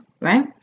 right